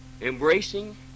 Embracing